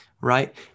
Right